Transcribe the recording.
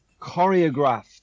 choreographed